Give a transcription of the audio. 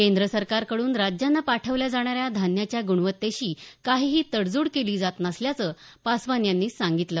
केंद्र सरकारकडून राज्यांना पाठवल्या जाणाऱ्या धान्याच्या गुणवत्तेशी काहीही तडजोड केली जात नसल्याचं पासवान यांनी सांगितलं